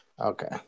Okay